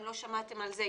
אם לא שמעתם על זה,